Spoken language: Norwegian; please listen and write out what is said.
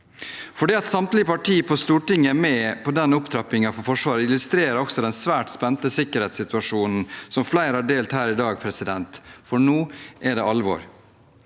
Det at samtlige partier på Stortinget er med på denne opptrappingen for Forsvaret, illustrerer også den svært spente sikkerhetssituasjonen, som flere har delt her i dag, for nå er det alvor.